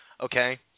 okay